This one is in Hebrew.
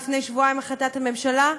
לפני שבועיים החלטת ממשלה,